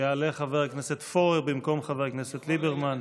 יעלה חבר הכנסת פורר במקום חבר הכנסת ליברמן.